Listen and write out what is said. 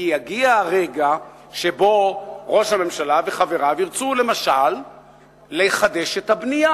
כי יגיע הרגע שבו ראש הממשלה וחבריו ירצו למשל לחדש את הבנייה.